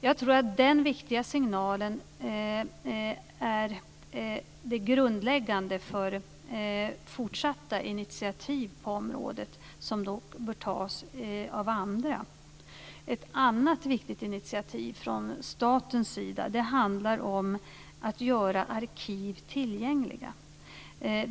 Jag tror att den viktiga signalen är grundläggande för fortsatta initiativ på området, och dessa bör tas av andra. Ett annat viktigt initiativ från statens sida handlar om att göra arkiv tillgängliga.